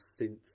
synth